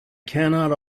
cannot